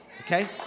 Okay